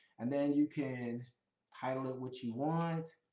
and then you can title it what you want.